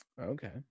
Okay